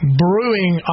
brewing